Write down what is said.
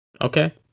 Okay